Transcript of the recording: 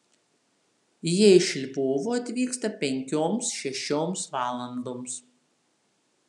jie iš lvovo atvyksta penkioms šešioms valandoms